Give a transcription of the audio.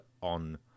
on